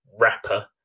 rapper